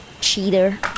Cheater